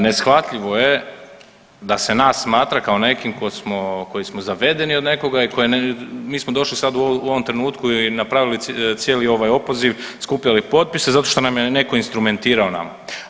Neshvatljivo je da se nas smatra kao nekim ko smo koji smo zavedeni od nekoga i koji mi došli sad u ovom trenutku i napravili cijeli ovaj opoziv, skupljali potpise zato što nam neko instrumentirao nama.